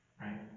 Right